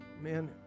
Man